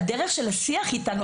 והדרך של השיח איתנו...